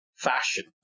fashion